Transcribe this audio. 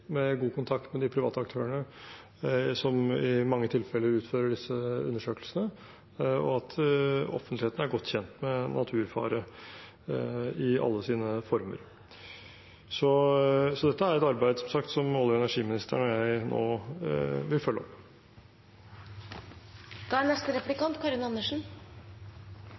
med god kontakt med de private aktørene som i mange tilfeller utfører disse undersøkelsene, og at offentligheten er godt kjent med naturfare i alle sine former. Så dette er som sagt et arbeid som olje- og energiministeren og jeg nå vil følge opp. Jeg vil følge opp det siste temaet med statsråden. Hvis det er